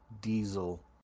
Diesel